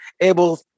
able